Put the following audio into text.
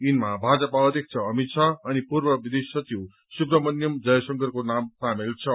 यिनमा भाजपा अध्यक्ष अमित शाह अनि पूर्व विदेश सचिव सुब्रमण्यम जयशंकरको नाम सामेल छ